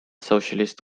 socialist